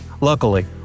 Luckily